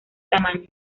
tamaño